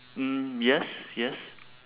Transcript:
mm yes yes